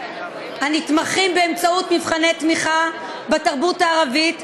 הנתמכים באמצעות מבחני תמיכה בתרבות הערבית,